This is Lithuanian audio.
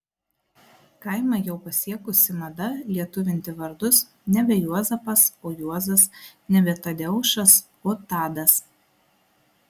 kaimą jau pasiekusi mada lietuvinti vardus nebe juozapas o juozas nebe tadeušas o tadas